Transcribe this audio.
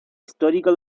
histórico